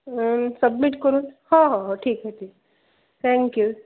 submit करून हो हो हो ठीक आहे ठीक आहे थँक्यू